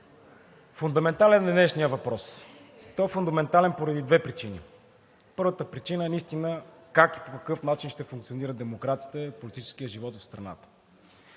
Фундаментален е днешният въпрос. Той е фундаментален поради две причини: първата причина е как и по какъв начин ще функционира демокрацията и политическият живот в страната?